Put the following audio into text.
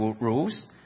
rules